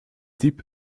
diep